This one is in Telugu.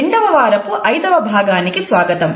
రెండవ వారపు ఐదవ భాగానికి స్వాగతం